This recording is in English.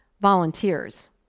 volunteers